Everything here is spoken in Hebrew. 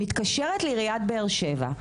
מתקשרת לעיריית באר שבע,